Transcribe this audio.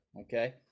okay